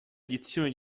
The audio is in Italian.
edizione